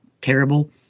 terrible